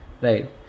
Right